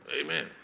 Amen